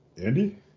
Andy